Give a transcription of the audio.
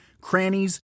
crannies